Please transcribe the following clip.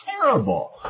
terrible